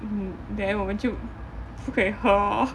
mmhmm then 我们就不可以喝 lor